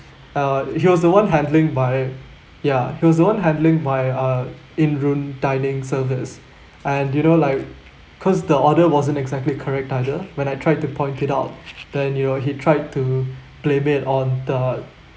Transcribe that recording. uh he was the one handling my ya he was the one handling my uh in-room dining service and you know like cause the order wasn't exactly correct either when I tried to point it out then you know he tried to blame it on the